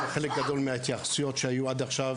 חלק גדול מההתייחסויות שהיו עד עכשיו,